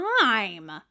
time